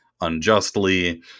unjustly